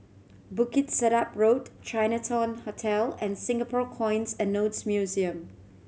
Bukit Sedap Road Chinatown Hotel and Singapore Coins and Notes Museum